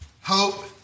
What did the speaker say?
hope